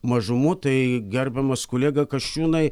mažumų tai gerbiamas kolega kasčiūnai